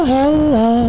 Hello